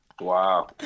Wow